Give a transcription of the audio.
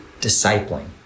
discipling